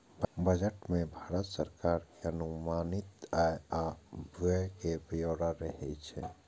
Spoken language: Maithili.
बजट मे भारत सरकार के अनुमानित आय आ व्यय के ब्यौरा रहै छै